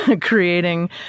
creating